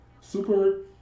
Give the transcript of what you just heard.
super